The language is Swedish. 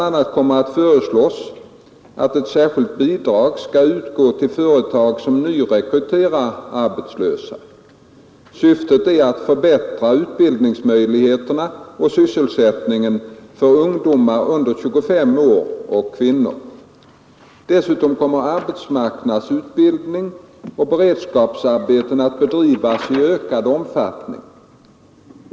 a. kommer att föreslås att ett särskilt bidrag Syftet är att förbättra skall utgå till etag som nyrekryterar arbetslö utbildningsmöjligheterna och sysselsättningen för ungdomar under 25 år och kvinnor. Dessutom kommer arbetsmarknadsutbildning och beredskapsarbeten att drivas i ökad omfattning.